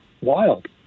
Wild